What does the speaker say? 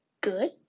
good